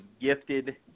gifted